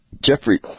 Jeffrey